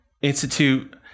institute